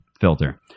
filter